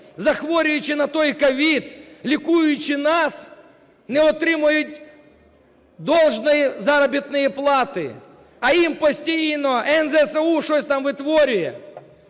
захворюючи на той COVID, лікуючи нас, не отримують должної заробітної плати, а їм постійно НСЗУ щось там витворює.